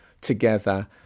together